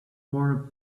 wore